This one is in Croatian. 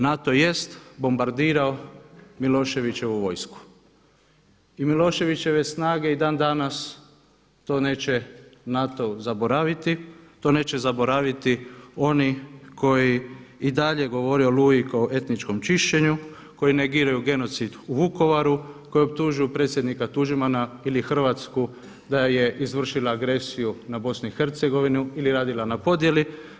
NATO jest bombardirao Miloševićevu vojsku i Miloševićeve snage i dan danas to neće NATO zaboraviti, to neće zaboraviti oni koji i dalje govore o Oluji kao o etničkom čišćenju, koji negiraju genocid u Vukovaru, koji optužuju predsjednika Tuđmana ili Hrvatsku da je izvršila agresiju na Bosnu i Hercegovinu ili radila na podjeli.